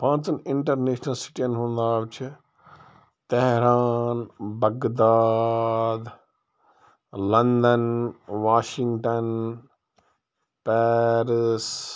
پانٛژَن اِنٹَرنیشنَل سٕٹیَن ہُنٛد ناو چھِ Tehran Baghdad London Washington Paris